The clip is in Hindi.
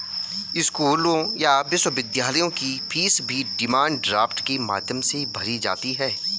स्कूलों या विश्वविद्यालयों की फीस भी डिमांड ड्राफ्ट के माध्यम से भरी जाती है